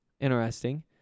Interesting